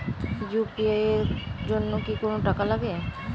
UPI এর জন্য কি কোনো টাকা লাগে?